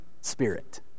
Spirit